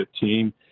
team